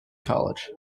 college